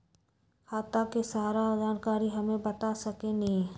खाता के सारा जानकारी हमे बता सकेनी?